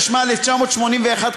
התשמ"א 1981,